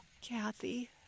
Kathy